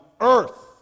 earth